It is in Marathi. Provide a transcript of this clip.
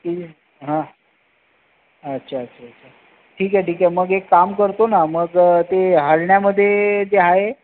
की अच्छा अच्छा ठीक आहे ठीक आहे मग एक काम करतो ना मग ते हर्ण्यामध्ये जे आहे